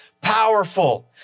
powerful